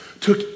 took